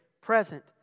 present